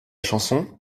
chanson